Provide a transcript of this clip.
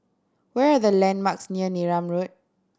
where are the landmarks near Neram Road